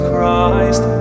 Christ